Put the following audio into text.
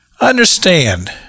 understand